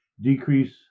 decrease